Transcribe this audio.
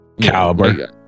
caliber